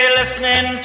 listening